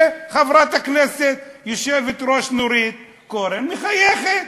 וחברת הכנסת, היושבת-ראש נורית קורן מחייכת.